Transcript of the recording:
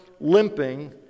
limping